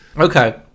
Okay